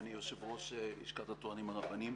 אני יושב-ראש לשכת הטוענים הרבניים.